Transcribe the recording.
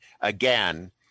again